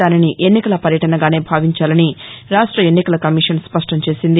దానిని ఎన్నికల పర్యటనగానే భావించాలని రాష్ట ఎన్నికల కమిషన్ స్పష్టం చేసింది